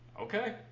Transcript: Okay